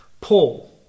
Paul